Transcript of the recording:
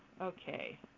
okay